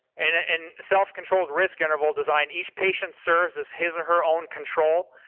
and and self-controlled risk interval design each patient serves as his or her own control,